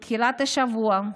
בתחילת השבוע,